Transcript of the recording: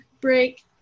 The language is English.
break